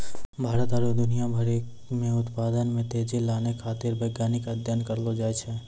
भारत आरु दुनिया भरि मे उत्पादन मे तेजी लानै खातीर वैज्ञानिक अध्ययन करलो जाय छै